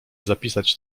zapisać